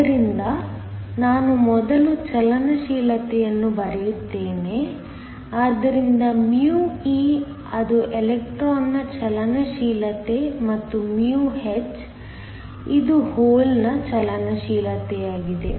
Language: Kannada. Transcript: ಆದ್ದರಿಂದ ನಾನು ಮೊದಲು ಚಲನಶೀಲತೆಯನ್ನು ಬರೆಯುತ್ತೇನೆ ಆದ್ದರಿಂದ μe ಅದು ಎಲೆಕ್ಟ್ರಾನ್ನ ಚಲನಶೀಲತೆ ಮತ್ತು μh ಇದು ಹೋಲ್ ನ ಚಲನಶೀಲತೆಯಾಗಿದೆ